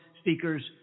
speakers